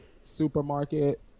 supermarket